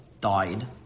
died